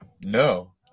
No